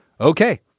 Okay